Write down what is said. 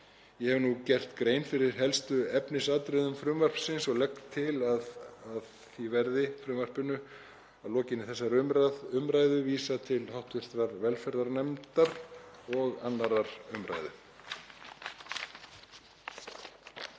Ég hef nú gert grein fyrir helstu efnisatriðum frumvarpsins og legg til að því verði að lokinni þessari umræðu vísað til hv. velferðarnefndar og 2. umræðu.